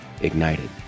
ignited